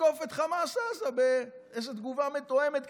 תתקוף את חמאס עזה באיזו תגובה מתואמת.